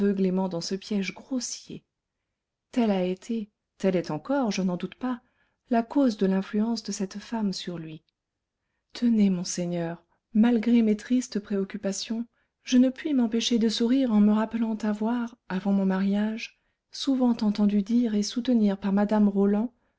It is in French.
aveuglément dans ce piège grossier telle a été telle est encore je n'en doute pas la cause de l'influence de cette femme sur lui tenez monseigneur malgré mes tristes préoccupations je ne puis m'empêcher de sourire en me rappelant avoir avant mon mariage souvent entendu dire et soutenir par mme roland